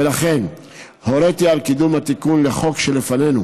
ולכן הוריתי על קידום התיקון לחוק שלפנינו.